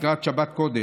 לקראת שבת קודש,